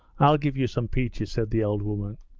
i'll give you some peaches said the old woman.